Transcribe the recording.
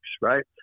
right